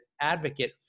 advocate